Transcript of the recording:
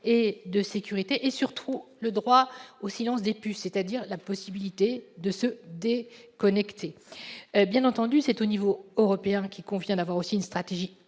et de sécurité, et surtout le droit au « silence des puces », c'est-à-dire la possibilité de se déconnecter. Bien entendu, c'est au niveau européen qu'il importe d'avoir aussi une stratégie